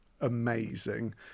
amazing